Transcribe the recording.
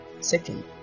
second